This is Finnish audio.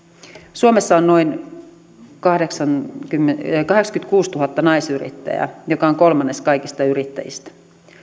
suomessa on noin kahdeksankymmentäkuusituhatta naisyrittäjää mikä on kolmannes kaikista yrittäjistä